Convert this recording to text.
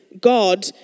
God